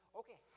okay